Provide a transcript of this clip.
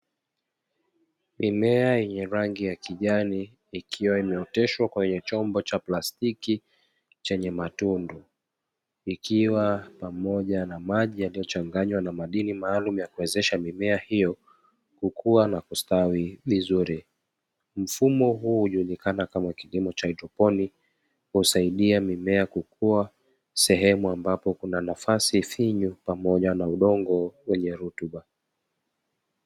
Mimea yenye rangi ya kijani ikiwa imeoteshwa kwenye chombo cha plastiki chenye matundu, ikiwa pamoja na jamji yaliyochanganywa na madimi maalumu ya kuwezesha mimea hiyo kukua na kustawi vizuri. Mfumo huu hujulikana kama kilimo cha haidroponi, husaidia mimea kukua sehemu ambapo kuna nafasi finyu pamoja na udongo wenye rutuba.